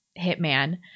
hitman